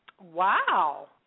Wow